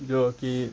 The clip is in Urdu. جو کہ